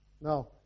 No